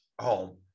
home